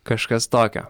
kažkas tokio